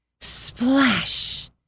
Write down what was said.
Splash